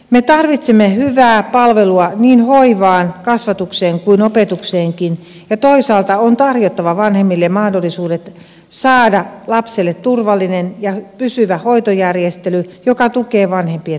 me tarvitsemme hyvää palvelua niin hoivaan kasvatukseen kuin opetukseenkin ja toisaalta on tarjottava vanhemmille mahdollisuudet saada lapselle turvallinen ja pysyvä hoitojärjestely joka tukee vanhempien työssäkäyntiä